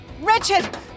Richard